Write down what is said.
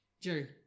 Jerry